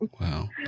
Wow